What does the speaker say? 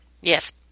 Yes